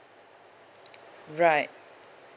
right